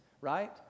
right